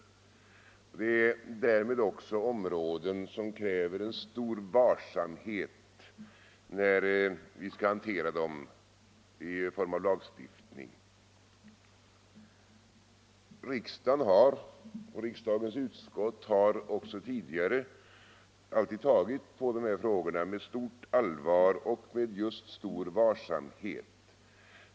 Det är därmed också områden som kräver en stor varsamhet när vi skall hantera dem i form av lagstiftning. Riksdagen och dess utskott har alltid också tagit på de här frågorna med stort allvar och med stor varsamhet.